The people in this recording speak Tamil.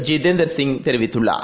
ஜிதேந்திரசிங் தெரிவித்துள்ளார்